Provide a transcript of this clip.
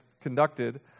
conducted